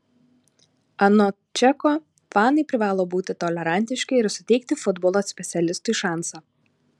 anot čeko fanai privalo būti tolerantiški ir suteikti futbolo specialistui šansą